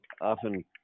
Often